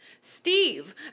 Steve